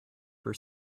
for